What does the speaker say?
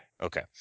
okay